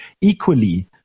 equally